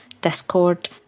Discord